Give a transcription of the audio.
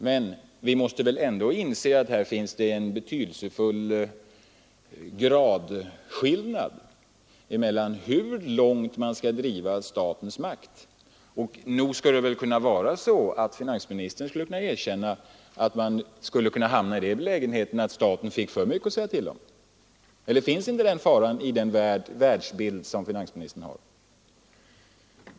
Men vi måste ändå inse att här finns det en betydelsefull gradskillnad när det gäller hur långt man skall driva statens makt. Och nog skulle det väl kunna vara så att finansministern erkänner att man kan hamna i den belägenheten att staten får för mycket att säga till om. Eller finns inte den faran i finansministerns världsbild?